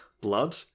blood